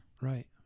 Right